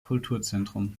kulturzentrum